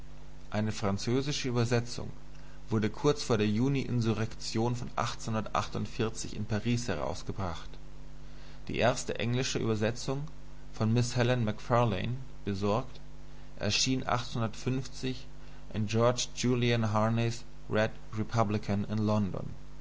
eine französische übersetzung wurde kurz vor der juni insurrektion von in paris herausgebracht die erste englische übersetzung von miß helen macfarlane besorgt erschien in george julian harneys red republican in london